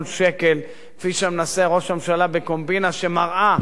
כפי שמנסה ראש הממשלה בקומבינה שמראה עד כמה,